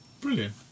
Brilliant